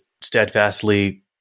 steadfastly